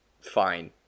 fine